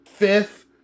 fifth